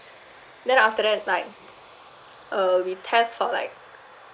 then after that like uh we test for like